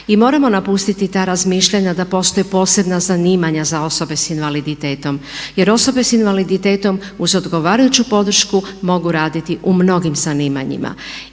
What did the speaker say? I moramo napustiti ta razmišljanja da postoje posebna zanimanja za osobe sa invaliditetom. Jer osobe s invaliditetom uz odgovarajuću podršku mogu raditi u mnogim zanimanjima.